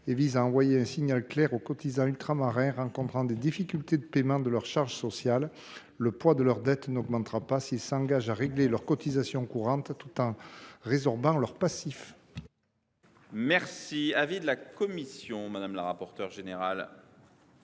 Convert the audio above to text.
Il vise à envoyer un signal clair aux cotisants ultramarins rencontrant des difficultés de paiement de leurs charges sociales : le poids de leur dette n’augmentera pas s’ils s’engagent à régler leurs cotisations courantes tout en résorbant leur passif.